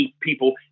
people